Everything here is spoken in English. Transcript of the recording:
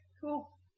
cool